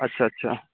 اچھا اچھا